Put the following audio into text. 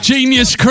Genius